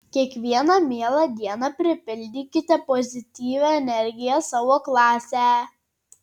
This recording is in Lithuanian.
kiekvieną mielą dieną pripildykite pozityvia energija savo klasę